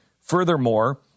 Furthermore